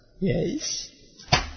yes